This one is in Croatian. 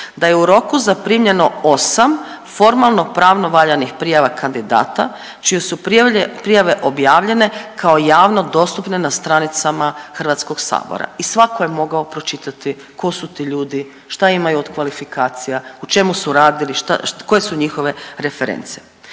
da je u roku zaprimljeno 8 formalno pravno valjanih prijava kandidata čije su prijave objavljene kao javno dostupne na stranicama HS-a i svako je mogao pročitati ko su ti ljudi, šta imaju od kvalifikacija, u čemu su radili, koje su njihove reference.